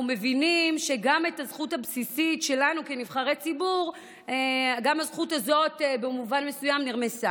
אנחנו מבינים שגם הזכות הבסיסית שלנו כנבחרי ציבור נרמסה במובן מסוים.